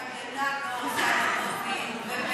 בליפתא.